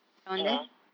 (uh huh)